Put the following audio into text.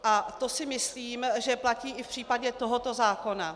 A to si myslím, že platí i v případě tohoto zákona.